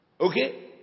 Okay